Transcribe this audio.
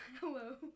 Hello